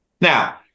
now